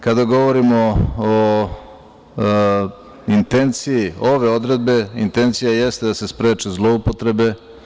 Kada govorimo intenciji ove odredbe, intencija jeste da se spreče zloupotrebe.